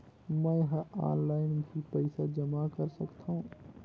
मैं ह ऑनलाइन भी पइसा जमा कर सकथौं?